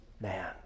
man